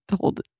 Told